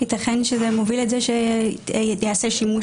ייתכן שזה מוביל את זה שייעשה שימוש